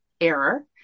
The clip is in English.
error